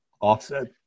offset